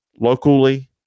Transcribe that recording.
locally